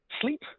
Sleep